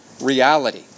Reality